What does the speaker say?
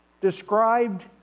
described